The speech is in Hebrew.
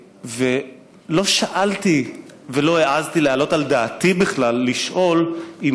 לא שאלתי ולא העזתי להעלות על דעתי בכלל לשאול אם